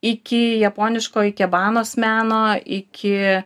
iki japoniško ikebanos meno iki